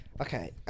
Okay